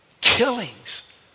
killings